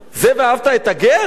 זה ואהבת את הגר?